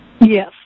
Yes